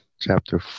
chapter